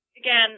Again